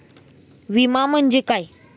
विमा म्हणजे काय?